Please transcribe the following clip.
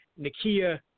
Nakia